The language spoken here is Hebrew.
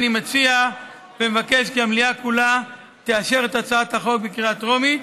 אני מציע ומבקש כי המליאה כולה תאשר את הצעת החוק בקריאה טרומית,